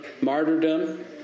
martyrdom